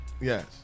Yes